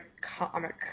comic